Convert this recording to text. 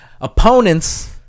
opponents